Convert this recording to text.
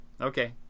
Okay